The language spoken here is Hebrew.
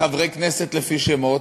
איך כן יש כספים לחברי כנסת לפי שמות,